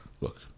Look